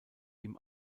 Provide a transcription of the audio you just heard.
ihm